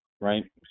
right